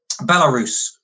Belarus